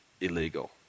illegal